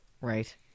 Right